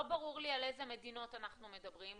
לא ברור לי על איזה מדינות אנחנו מדברים,